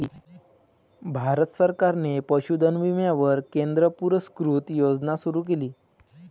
भारत सरकारने पशुधन विम्यावर केंद्र पुरस्कृत योजना सुरू केली